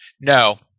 No